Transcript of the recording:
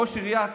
ראש עיריית